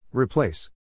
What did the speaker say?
Replace